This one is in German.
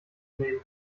nehmen